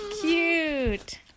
Cute